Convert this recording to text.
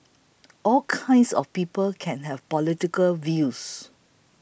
all kinds of people can have political views